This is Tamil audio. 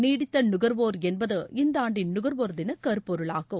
நீடித்தநுகர்வோர் என்பது இந்தஆண்டின் நுகர்வோர் தினகருப்பொருளாகும்